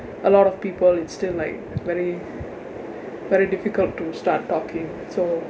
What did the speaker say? a lot of people it's still like very very difficult to start talking so